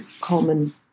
common